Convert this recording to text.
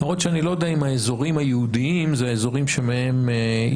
למרות שאני לא יודע אם האזורים היהודיים זה האזורים שמהם יצאו.